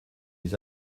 les